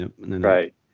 Right